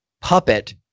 puppet